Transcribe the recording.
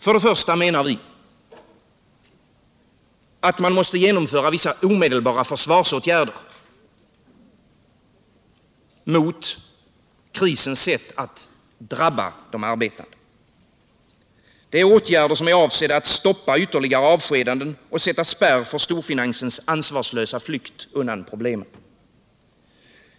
Först och främst menar vi att man måste genomföra vissa omedelbara försvarsåtgärder mot det sätt på vilket krisen drabbar de arbetande. Det är åtgärder som är avsedda att stoppa ytterligare avskedanden och sätta spärr för storfinansens ansvarslösa flykt undan problemen.